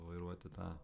vairuoti tą